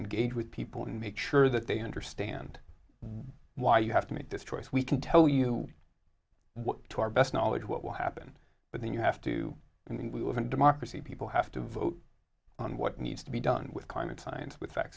engage with people and make sure that they understand why you have to make this choice we can tell you what to our best knowledge what will happen but then you have to and we live in a democracy people have to vote on what needs to be done with climate